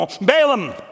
Balaam